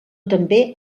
també